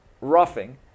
roughing